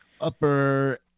upper